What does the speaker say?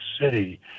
city